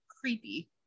creepy